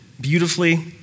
beautifully